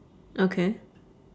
okay